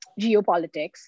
geopolitics